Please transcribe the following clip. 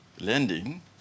lending